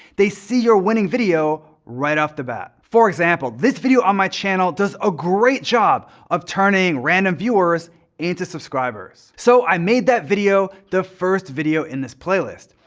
they see your winning video right off the bat. for example, this video on my channel does a great job of turning random viewers into subscribers. so i made that video the first video in this playlist.